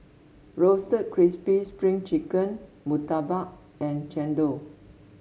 Roasted Crispy Spring Chicken murtabak and chendol